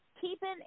Keeping